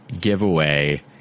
giveaway